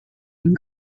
and